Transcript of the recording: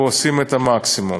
ועושים את המקסימום.